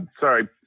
sorry